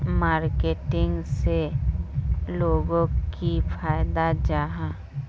Marketing से लोगोक की फायदा जाहा?